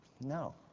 No